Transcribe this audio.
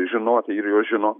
žinoti ir jos žino